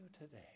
today